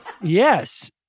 Yes